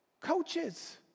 Coaches